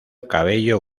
cabello